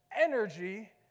energy